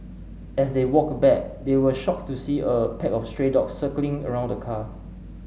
as they walked back they were shocked to see a pack of stray dogs circling around the car